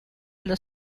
los